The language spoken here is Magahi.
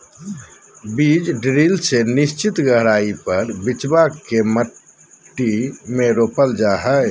बीज ड्रिल से निश्चित गहराई पर बिच्चा के मट्टी में रोपल जा हई